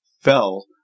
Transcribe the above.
fell